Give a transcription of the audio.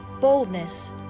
boldness